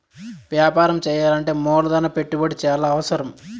వ్యాపారం చేయాలంటే మూలధన పెట్టుబడి చాలా అవసరం